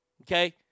Okay